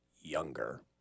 younger